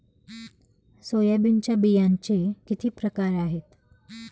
सोयाबीनच्या बियांचे किती प्रकार आहेत?